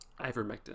Ivermectin